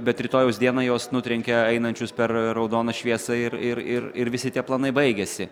bet rytojaus dieną juos nutrenkia einančius per raudoną šviesą ir ir ir ir visi tie planai baigiasi